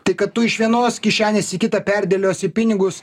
tai kad tu iš vienos kišenės į kitą perdėliosi pinigus